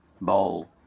bowl